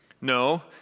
No